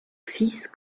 fils